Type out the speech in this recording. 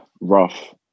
rough